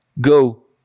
go